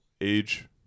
Age